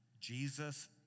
Jesus